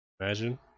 Imagine